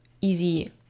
easy